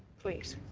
please.